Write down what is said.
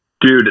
Dude